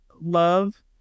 love